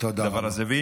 הדבר הזה.